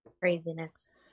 craziness